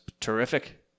terrific